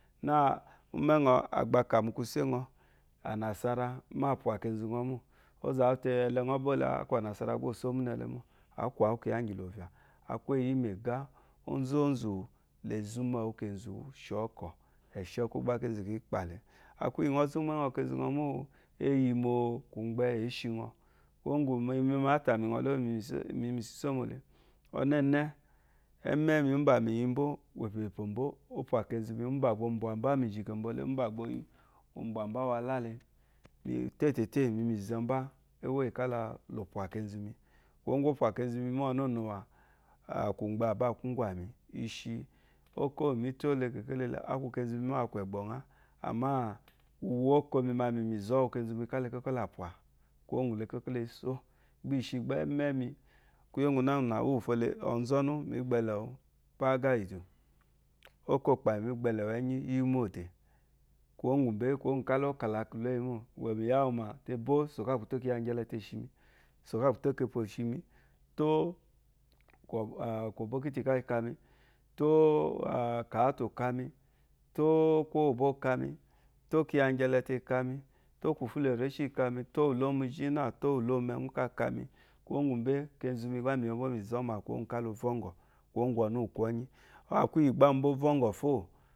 Nâ, úmɛ́ ŋɔ, a gbà a kà mu kwusé ŋɔ, ànàsara, mó á pwà kenzu ŋɔ mô, ǒ zà wú te, ɛlɛ ŋɔ́ bóo le a kwu ànàsara gbá o só múnɛ le mô. Ǎ kwa wú kyiya íŋgyì lovà, a kwu éyi yí mɛ̀gáá, onzónzù le zɔ́ úmɛ́ɛ wú kenzu wú shɔ́kɔ, ɛ̀shɛ́kwú gbá kínzú kǐ kpà le. Akwu íyì ŋɔ́ zɔ́ úmɛ́ ŋɔ kenzu ŋɔ mô, e yimoo, kwùmgbɛ, ě shi ŋɔ. Kwuwó ŋgwù imi ma, á tà mì ŋɔ le, úwù mi yi mìsô le ɔnɛ́ɛnɛ́, ɛ́mɛ́ mi úmbà mì yi mbó, wèpèpò mbó o pwà kenzu mi úmbà gbà o mbwà mbá mìzhìkembo le, úmbà gbà o yi o mbwà mbá walá le, têtètê, mì yi mìzɔ mbá éwó yì kála lo pwà kenzu mi. Kwuwó ŋgwù o pwà kenzu mi mó ɔnɔ̂nuwà kwumgbɛ à bàa kwu úŋgwàmi. I shi, óko úwù mì tó le, kèkélele, a kwu kenzu mi mô, a kwu ɛ̀gbɔ̀ ŋá, àmâ, uwu óko mi ma mi yi mìzɔ́ wu kenzu mi ká le kókó là pwà, kwuwó ŋgwù le kókó le só. Gbá i shi gbá ɛ́mɛ́ mi, kwúyè úŋgwúnáŋwunà, úwùfo le, ɔnzɔnu, mì gbɛ́lɛ̀ wu, bágá ìdù, ókôkpàyì mǐ gbɛlɛ̀ wú ɛ́nyí íyì úmôdè. Kwuwó ŋgwù mbéé, kwuwó ŋgwù ká lɔ́ kà la kwùléyi mô. mì ya wu mà, te bó, sò káa kwù tó kyiya ŋgyɛlɛ tê shi mi, sò kâ kwù tó kepoó shi mi, tó kwòbókítì káa ka mi. tó kǎtù ka mi, tó kwúwôbô ka mi, tó kyiya ŋgyɛlɛɛ̀ te ka mi, tó kwùfúlòréshî ka mi, tó ulómuzhí nâ tó ùlômɛŋwú ká ka mi, kwuwó ŋgwù mbé, kenzu mi gbá mì yembó mìzɔ́mà àwù kwuwó ŋgwù ká lo vɔ́ŋgɔ̀, kwuwó ŋgwù ɔnu úwù kwɔ́nyí. A kwu íyì gbá umba o vɔ́ŋgɔ̀ fô.